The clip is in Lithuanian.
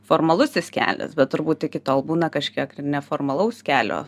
formalusis kelias bet turbūt iki tol būna kažkiek ir neformalaus kelio